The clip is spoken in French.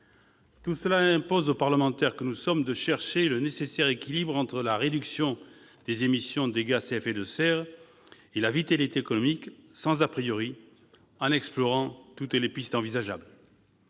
Tout cela impose aux parlementaires que nous sommes de chercher le nécessaire équilibre entre la réduction des émissions des gaz à effet serre et la vitalité économique, sans, en explorant toutes les pistes envisageables.